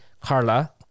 Carla